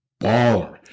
baller